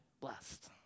blessed